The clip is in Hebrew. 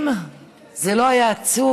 אם זה לא היה עצוב